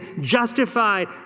justified